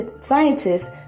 scientists